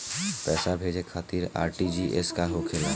पैसा भेजे खातिर आर.टी.जी.एस का होखेला?